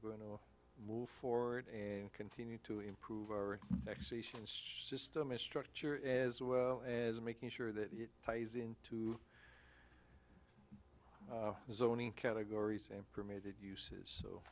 going to move forward and continue to improve our education system a structure as well as making sure that it ties in to zoning categories and permitted uses so